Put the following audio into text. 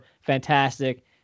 fantastic